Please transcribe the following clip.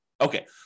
Okay